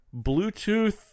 Bluetooth